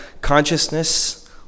consciousness